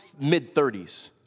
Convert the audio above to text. mid-30s